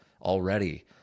already